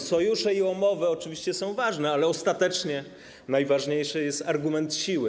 Sojusze i umowy oczywiście są ważne, ale ostatecznie najważniejszy jest argument siły.